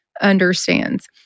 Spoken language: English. understands